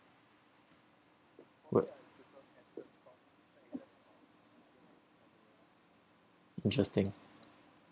what interesting